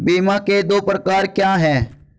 बीमा के दो प्रकार क्या हैं?